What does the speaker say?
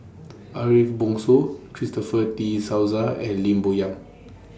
Ariff Bongso Christopher De Souza and Lim Bo Yam